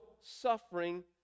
suffering